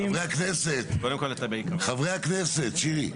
חברי הכנסת, שירי.